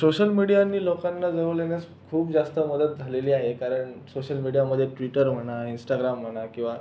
social मिडियानी लोकांना जवळ येण्यास खूप जास्त मदत झालेली आहे कारण सोशल मिडियामध्ये ट्विटर म्हणा इंस्टाग्राम म्हणा किंवा